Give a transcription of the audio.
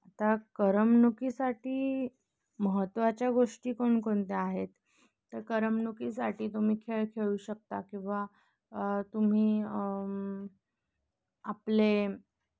आता करमणुकीसाठी महत्त्वाच्या गोष्टी कोणकोणत्या आहेत तर करमणुकीसाठी तुम्ही खेळ खेळू शकता किंवा तुम्ही आपले